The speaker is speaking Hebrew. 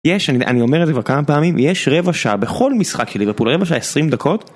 יש אני אומר את זה כמה פעמים יש רבע שעה בכל משחק של ליברפול רבע שעה 20 דקות.